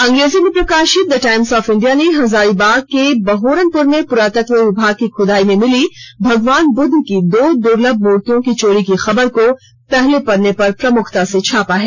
अंग्रेजी में प्रकाशित द टाईम्स ऑफ इंडिया ने हजारीबाग के बहोरनपुर में पुरातत्व विभाग की खुदाई में मिली भगवान बुद्द की दो दुलर्भ मूर्तियों की चोरी की खबर को पहले पन्ने पर प्रमुखता से छापा है